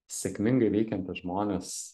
sėkmingai veikiantys žmonės